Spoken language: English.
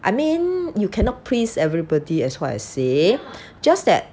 I mean you cannot please everybody as what I say just that